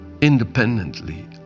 independently